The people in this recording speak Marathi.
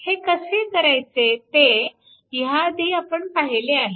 हे कसे करायचे ते ह्या आधी आपण पाहिले आहे